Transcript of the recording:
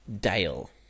dale